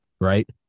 right